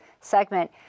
segment